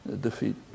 defeat